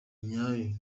nyayo